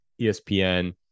ESPN